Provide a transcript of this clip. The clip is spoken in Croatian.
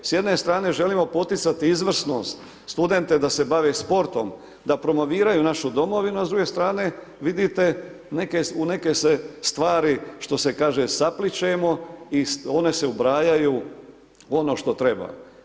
S jedne strane želimo poticati izvrsnost, studente da se bave sportom, da promoviraju našu domovinu, a s druge strane vidite u neke se stvari, što se kaže saplićemo i one se ubrajaju u ono što treba.